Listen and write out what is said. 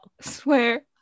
Swear